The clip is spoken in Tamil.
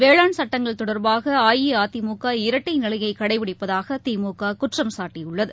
வேளாண் சட்டங்கள் தொடர்பாக அஇஅதிமுக இரட்டை நிலையை கடைபிடிப்பதாக திமுக குற்றம் சாட்டியுள்ளது